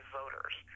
voters